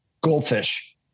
goldfish